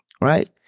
right